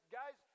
guys